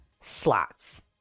slots